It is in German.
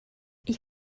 ich